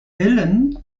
willen